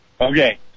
Okay